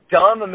dumb